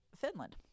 Finland